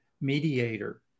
mediator